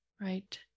Right